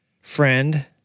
friend